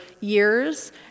years